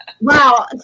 Wow